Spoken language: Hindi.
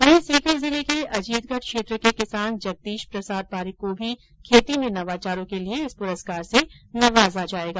वहीं सीकर जिले के अजीतगढ़ क्षेत्र के किसान जगदीश प्रसाद पारीक को भी खेती में नवाचारों के लिए इस पुरस्कार से नवाजा जाएगा